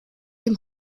dem